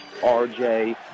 RJ